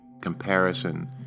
comparison